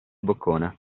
boccone